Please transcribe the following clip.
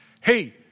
Hey